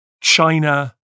China